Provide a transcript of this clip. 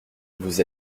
vous